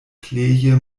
pleje